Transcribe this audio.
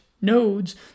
nodes